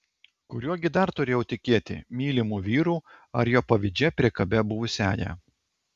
kuriuo gi dar turėjau tikėti mylimu vyru ar jo pavydžia priekabia buvusiąja